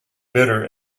bitter